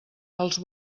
els